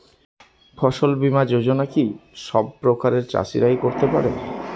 ফসল বীমা যোজনা কি সব প্রকারের চাষীরাই করতে পরে?